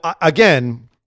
again